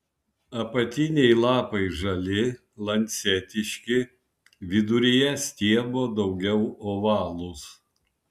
apatiniai lapai žali lancetiški viduryje stiebo daugiau ovalūs